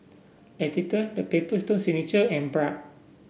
Atherton The Paper Stone Signature and Bragg